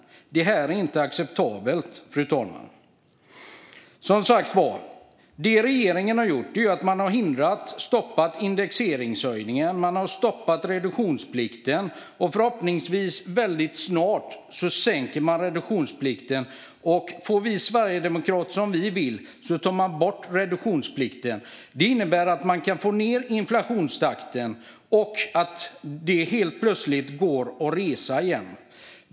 Det är inte acceptabelt, fru talman. Det regeringen har gjort är som sagt att stoppa indexeringshöjningen och reduktionsplikten. Förhoppningsvis sänker man väldigt snart reduktionsplikten, och får vi sverigedemokrater som vi vill tas den snart bort. Det skulle innebära att man fick ned inflationstakten och att det helt plötsligt gick att resa igen.